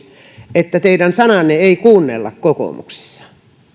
että teidän sanaanne ei kuunnella kokoomuksessa